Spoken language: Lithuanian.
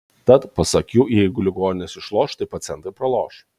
tad pasak jų jeigu ligoninės išloš tai pacientai praloš